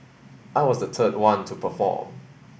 I was the third one to perform